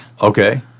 Okay